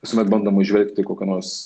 visuomet bandoma įžvelgti kokio nors